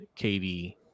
KD